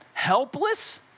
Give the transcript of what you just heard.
helpless